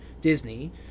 Disney